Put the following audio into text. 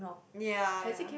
ya